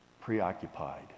Preoccupied